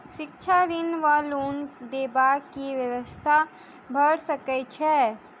शिक्षा ऋण वा लोन देबाक की व्यवस्था भऽ सकै छै?